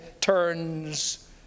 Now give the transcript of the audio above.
turns